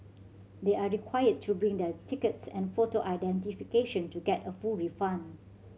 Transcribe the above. they are required to bring their tickets and photo identification to get a full refund